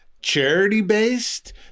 charity-based